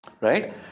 Right